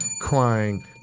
crying